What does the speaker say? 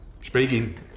Speaking